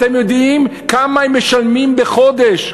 אתם יודעים כמה הם משלמים בחודש,